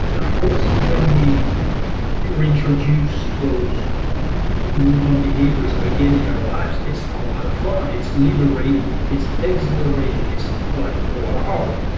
of course when we reintroduce those movement behaviors again in our lives, it's a lot of fun. it's liberating. it's exhilarating. it's like whoa.